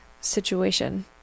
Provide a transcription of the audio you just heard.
situation